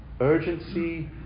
Urgency